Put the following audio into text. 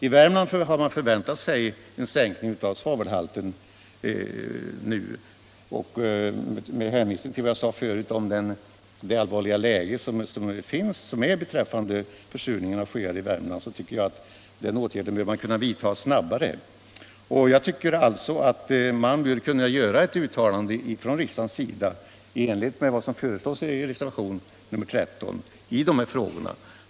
I Värmland har man förväntat sig en sänkning av svavelhalten nu, och med hänvisning till vad jag sade förut om det allvarliga läget i fråga om försurningen av sjöar i Värmland tycker jag att åtgärderna bör kunna vidtas snabbare. Jag anser alltså att riksdagen bör kunna göra ett uttalande i enlighet med vad som föreslås i reservationen 13 i dessa frågor.